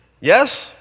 Yes